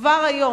כבר היום,